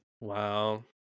Wow